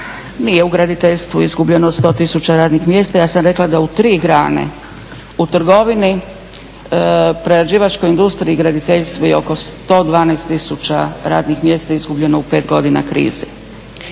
Nije u graditeljstvu izgubljeno 100 tisuća radnih mjesta, ja sam rekla da u tri grane, u trgovini, prerađivačkoj industriji i graditeljstvu je oko 112 tisuća radnih mjesta izgubljeno u 5 godina krize.